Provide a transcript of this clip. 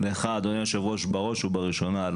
לך אדוני היושב ראש בראש ובראשונה על